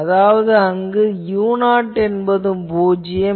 அதாவது அங்கு u0 என்பதும் பூஜ்யம்